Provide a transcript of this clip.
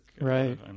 Right